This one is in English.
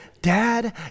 Dad